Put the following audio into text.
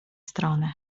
stronę